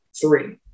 three